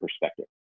perspective